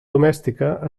domèstica